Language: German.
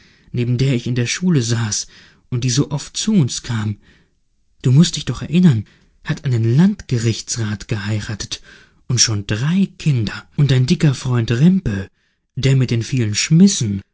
neben der ich in der schule saß und die so oft zu uns kam du mußt dich doch erinnern hat einen landgerichtsrat geheiratet und schon drei kinder und dein dicker freund rempe der mit den vielen